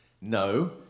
No